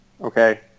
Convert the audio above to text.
okay